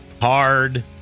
Hard